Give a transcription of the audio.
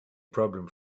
problem